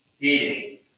eating